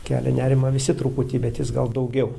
kelia nerimą visi truputį bet jis gal daugiau